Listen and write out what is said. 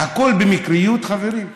הכול במקריות, חברים?